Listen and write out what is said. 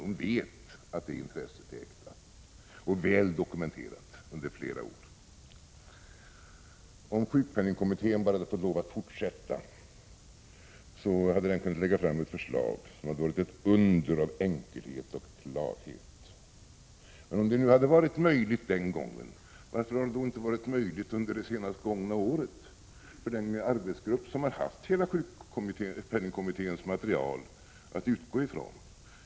Hon vet att vårt intresse är äkta och väl dokumenterat under flera år. Om sjukpenningkommittén bara hade fått lov att fortsätta, så hade den kunnat lägga fram ett förslag som varit ett under av enkelhet och klarhet. —- Men om det hade varit möjligt den gången, varför har det då inte varit möjligt under det senast gångna året för den arbetsgrupp som har haft sjukpenningkommitténs hela material att utgå från?